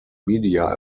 media